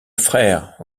frère